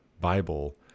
Bible